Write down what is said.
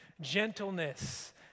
gentleness